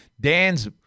Dan's